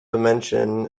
dimension